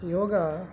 ಯೋಗ